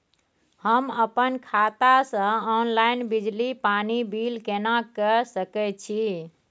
हम अपन खाता से ऑनलाइन बिजली पानी बिल केना के सकै छी?